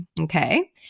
okay